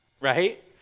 right